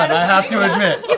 i have to admit.